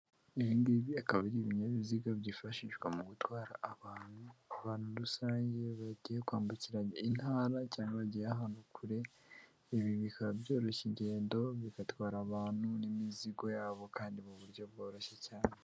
Ibi ngibi akaba ari ibinyabiziga byifashishwa mu gutwara abantu, abantu rusange bagiye kwambukiranya intara cyangwa bagiye ahantu kure, ibi bikaba byoroshye ingendo bigatwara abantu n'imizigo yabo kandi mu buryo bworoshye cyane.